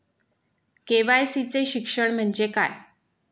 KYC चे शिक्षण म्हणजे काय?